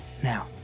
Now